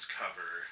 cover